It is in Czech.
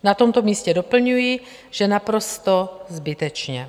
Na tomto místě doplňuji, že naprosto zbytečně.